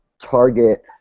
target